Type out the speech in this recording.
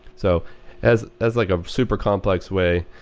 so as as like a super complex way,